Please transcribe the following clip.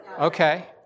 Okay